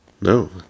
No